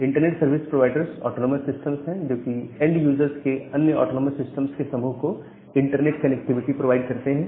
internet service providers autonomous systems हैं जो कि एंड यूजर्स के अन्य ऑटोनॉमस सिस्टम्स के समूह को इंटरनेट कनेक्टिविटी प्रोवाइड करते हैं